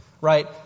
right